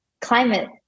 climate